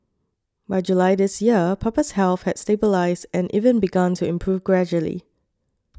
by July this year Papa's health had stabilised and even begun to improve gradually